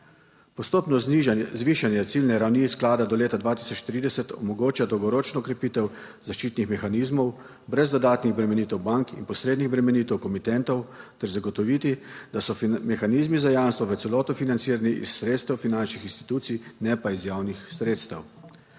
znižanje, zvišanje ciljne ravni sklada do leta 2030 omogoča dolgoročno krepitev zaščitnih mehanizmov brez dodatnih obremenitev bank in posrednih bremenitev komitentov ter zagotoviti, da so mehanizmi za jamstvo v celoti financirani iz sredstev finančnih institucij ne pa iz javnih sredstev.